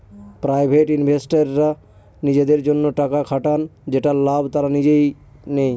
private ইনভেস্টররা নিজেদের জন্য টাকা খাটান যেটার লাভ তারা নিজেই নেয়